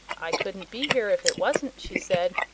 i couldn't be here if it wasn't, she said.